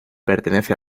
pertenece